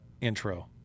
intro